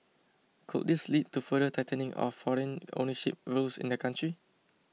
could this lead to further tightening of foreign ownership rules in the country